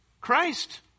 Christ